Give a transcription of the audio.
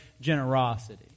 generosity